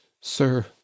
sir